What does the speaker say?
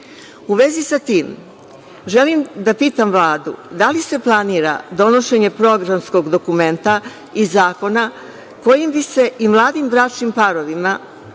vezi sa tim želim da pitam Vladu da li se planira donošenje programskog dokumenta i zakona kojim bi se i mladim bračnim parovima